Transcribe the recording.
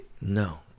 No